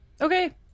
Okay